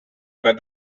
but